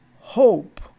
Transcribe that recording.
hope